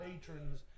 patrons